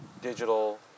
digital